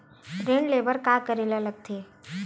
ऋण ले बर का करे ला लगथे?